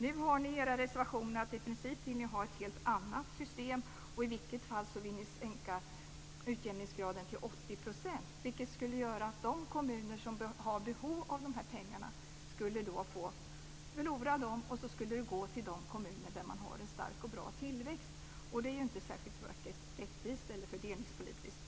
Nu säger ni i era reservationer att ni i princip vill ha ett annat system. I vilket fall som helst vill ni sänka utjämningsgraden till 80 %. Det skulle göra att de kommuner som har behov av pengarna skulle förlora dem, och pengarna skulle gå till dem som har en stark och bra tillväxt. Det är inte särskilt rättvist eller fördelningspolitiskt.